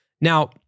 Now